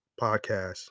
podcast